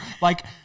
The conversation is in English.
Like-